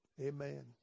Amen